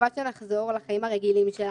תקווה שנחזור לחיים הרגילים שלנו,